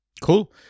cool